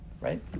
Right